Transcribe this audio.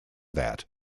that